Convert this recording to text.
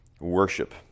worship